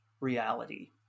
reality